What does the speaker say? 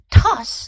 Toss